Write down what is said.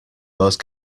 those